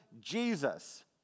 Jesus